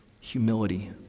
humility